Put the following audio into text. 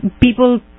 people